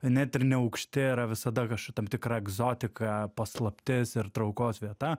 net ir neaukšti yra visada kažkokia tam tikra egzotika paslaptis ir traukos vieta